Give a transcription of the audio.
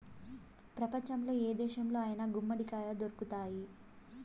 ప్రపంచంలో ఏ దేశంలో అయినా గుమ్మడికాయ దొరుకుతాయి